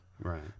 Right